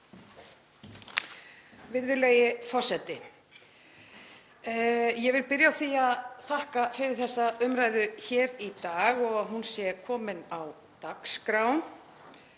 Virðulegi forseti. Ég vil byrja á því að þakka fyrir þessa umræðu hér í dag og að hún sé komin á dagskrá.